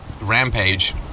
rampage